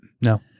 No